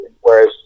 whereas